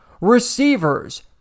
Receivers